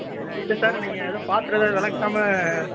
இல்ல சார் நீங்கள் எதுவும் பாத்திரம் எதாவது விலக்காம